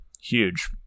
huge